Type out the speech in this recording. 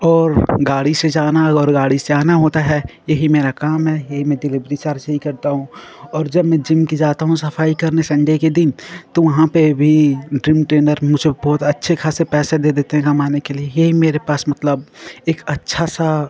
और गाड़ी से जाना और गाड़ी से आना होता है यही मेरा काम है यही मैं डिलेवरी चार्ज यही करता हूँ और जब मैं जिम की जाता हूँ सफाई करने संडे के दिन तो वहाँ पर भी जिम ट्रेनर मुझे बहुत अच्छे खासे पैसे दे देते हैं कमाने के लिए यही मेरे पास मतलब एक अच्छा सा